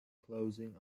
closing